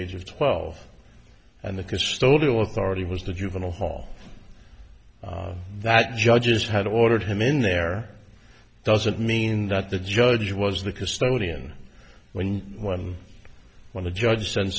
age of twelve and the custodial authority was the juvenile hall that judges had ordered him in there doesn't mean that the judge was the custodian when one when the judge sen